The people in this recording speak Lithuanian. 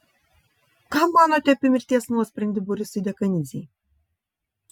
ką manote apie mirties nuosprendį borisui dekanidzei